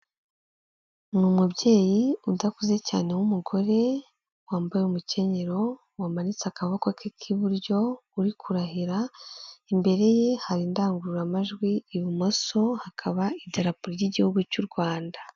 Ni umubyeyi udakuze cyane w'umugore wambaye umukenyero wamanitse akaboko ke k'iburyo uri kurahira imbere ye hari indangururamajwi ibumoso hakaba hari idarapo ry'igihugu cy'u Rwanda.